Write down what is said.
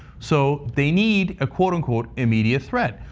so they need a quote unquote immediate threat.